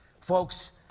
Folks